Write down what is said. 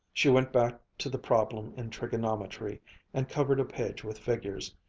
she went back to the problem in trigonometry and covered a page with figures,